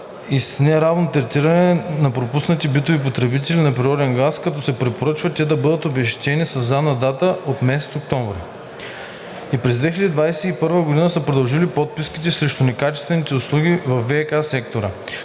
и с неравното третиране на пропуснатите битови потребители на природен газ, като се препоръчва те да бъдат обезщетени със задна дата от месец октомври. И през 2021 г. са продължили подписките срещу некачествени услуги и във ВиК сектора,